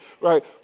right